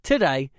Today